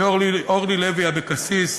אורלי לוי אבקסיס,